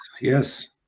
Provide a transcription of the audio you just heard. yes